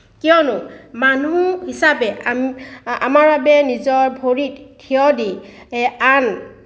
কিয়নো মানুহ হিচাপে আম আমাৰ বাবে নিজৰ ভৰিত থিয় দি আন